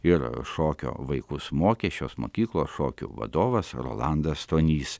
ir šokio vaikus mokė šios mokyklos šokių vadovas rolandas stonys